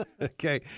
Okay